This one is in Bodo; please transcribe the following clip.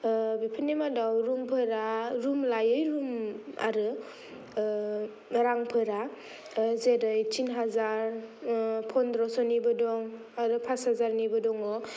बेफोरनि मादाव रुमफोरा रुम लायै रुम आरो रांफोरा जेरै थिन हाजार फनद्रस'निबो दं आरो फास हाजारनिबो दं'